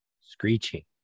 Screeching